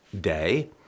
Day